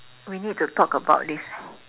we need to talk about this